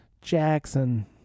Jackson